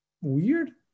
weird